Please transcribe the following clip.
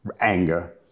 anger